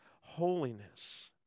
holiness